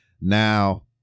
Now